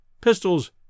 pistols